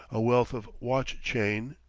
a wealth of watch-chain,